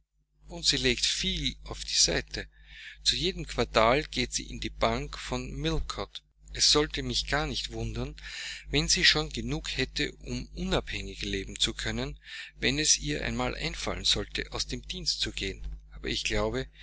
und sie legt viel auf die seite zu jedem quartal geht sie in die bank von millcote es sollte mich gar nicht wundern wenn sie schon genug hätte um unabhängig leben zu können wenn es ihr einmal einfallen sollte aus dem dienst zu gehen aber ich glaube